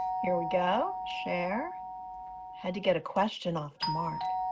here we go. share had to get a question off to mark.